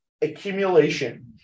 accumulation